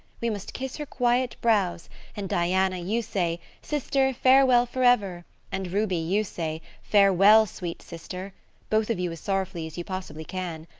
we must kiss her quiet brows and, diana, you say, sister, farewell forever and ruby, you say, farewell, sweet sister both of you as sorrowfully as you possibly can.